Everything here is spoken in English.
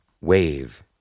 Wave